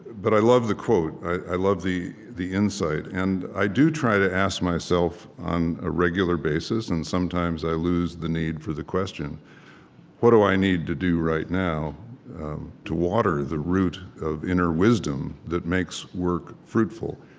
but i love the quote. i love the the insight. and i do try to ask myself on a regular basis and sometimes i lose the need for the question what do i need to do right now to water the root of inner wisdom that makes work fruitful?